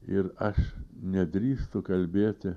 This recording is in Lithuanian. ir aš nedrįstu kalbėti